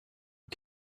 you